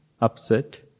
upset